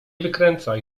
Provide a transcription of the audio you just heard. wykręcaj